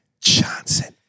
Johnson